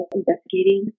investigating